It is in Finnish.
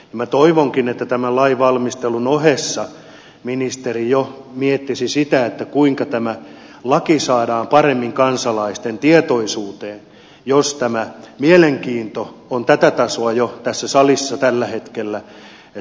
minä toivonkin että tämän lainvalmistelun ohessa ministeri jo miettisi sitä kuinka tämä laki saadaan paremmin kansalaisten tietoisuuteen jos tämä mielenkiinto on tätä tasoa jo tässä salissa tällä hetkellä